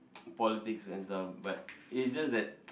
politics and stuff but it's just that